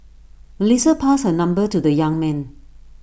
Melissa passed her number to the young man